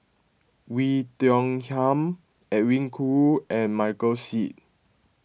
Oei Tiong Ham Edwin Koo and Michael Seet